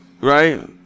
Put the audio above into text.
right